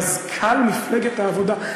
מזכ"ל מפלגת העבודה,